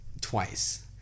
twice